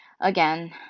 again